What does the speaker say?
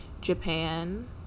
Japan